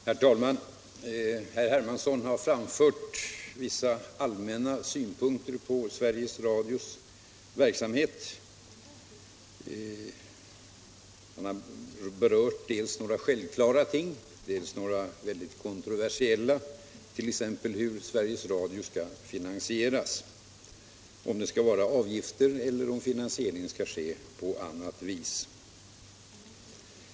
Herr talman! Herr Hermansson har framfört vissa allmänna synpunkter på Sveriges Radios verksamhet. Han har berört dels några självklara ting, dels några mycket kontroversiella, t.ex. hur Sveriges Radio skall finansieras, genom avgifter eller på annat vis.